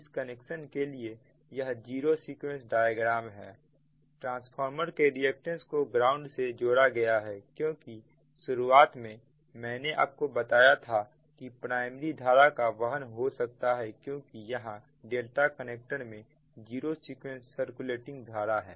इस कनेक्शन के लिए यह जीरो सीक्वेंस डायग्राम है ट्रांसफार्मर के रिएक्टेंस को ग्राउंड से जोड़ा गया है क्योंकि शुरुआत में मैंने आपको बताया था कि प्राइमरी धारा का वहन हो सकता है क्योंकि यहां ∆ कनेक्शन में जीरो सीक्वेंस सर्कुलेटिंग धारा है